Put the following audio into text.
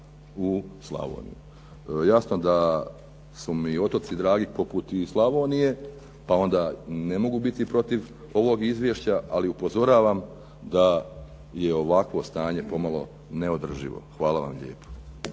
u Slavoniji. Jasno da su mi otoci dragi poput Slavonije pa onda ne mogu biti protiv ovog izvješća, ali upozoravam da je ovakvo stanje pomalo neodrživo. Hvala vam lijepo.